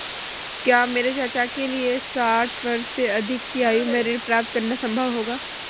क्या मेरे चाचा के लिए साठ वर्ष से अधिक की आयु में ऋण प्राप्त करना संभव होगा?